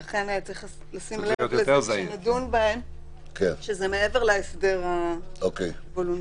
כלומר, צריך לשים לב שזה מעבר להסדר הוולונטרי.